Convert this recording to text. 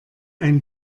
ein